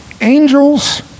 angels